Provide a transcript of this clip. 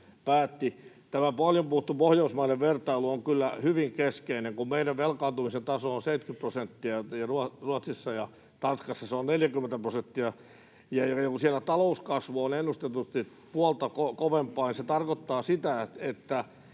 Tämä paljon puhuttu pohjoismainen vertailu on kyllä hyvin keskeinen, kun meidän velkaantumisen taso on 70 prosenttia ja Ruotsissa ja Tanskassa se on 40 prosenttia. Siellä talouskasvu on ennustetusti puolta kovempaa, ja se tarkoittaa sitä, että